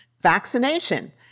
vaccination